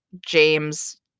James